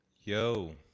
Yo